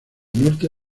norte